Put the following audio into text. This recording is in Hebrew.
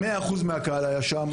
100% מן הקהל היה שם.